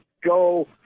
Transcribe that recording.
go